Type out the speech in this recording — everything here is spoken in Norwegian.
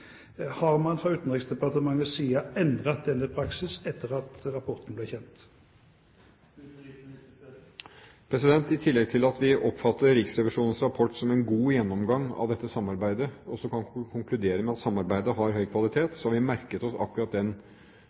Har man fra Utenriksdepartementets side endret denne praksis etter at rapporten ble kjent? I tillegg til at vi oppfatter Riksrevisjonens rapport som en god gjennomgang av dette samarbeidet kan vi også konkludere med at samarbeidet har høy kvalitet. Vi har altså merket oss akkurat